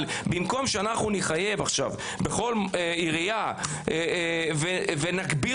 אבל במקום שנחייב בכל עירייה ונגביר